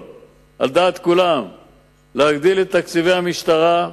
על דעת כולם להגדיל את תקציבי המשטרה.